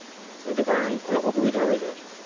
সেইটো কাৰণ অলপ অসুবিধা হৈ যায়